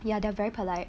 ya they're very polite